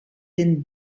den